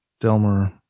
Delmer